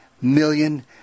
million